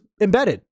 embedded